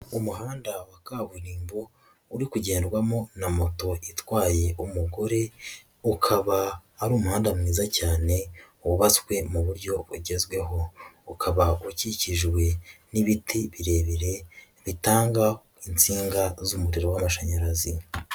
Umuhanda wa kaburimbo, uri kugendwamo na moto itwaye umugore, ukaba ari umuhanda mwiza cyane, wubatswe mu buryo bugezweho, ukaba ukikijwe n'ibiti birebire, bitanga minsinga z'umuriro w'amashanyarazi.